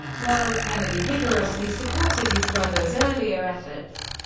while kennedy vigorously supported his brother's earlier efforts,